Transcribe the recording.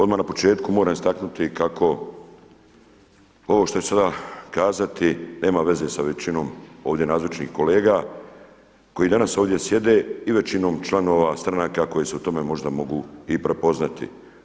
Odmah na početku moram istaknuti kako ovo što ću sada kazati nema veze sa većinom ovdje nazočnih kolega koji danas ovdje sjede i većinom članova stranaka koji se u tome možda mogu i prepoznati.